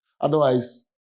Otherwise